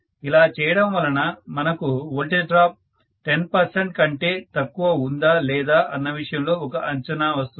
ఇలా చేయడం వల్ల మనకు వోల్టేజ్ డ్రాప్ 10 పర్సెంట్ కంటే తక్కువ ఉందా లేదా అన్న విషయంలో ఒక అంచనా వస్తుంది